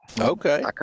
okay